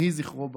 יהי זכרו ברוך.